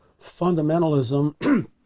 fundamentalism